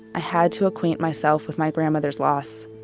i had to acquaint myself with my grandmother's loss.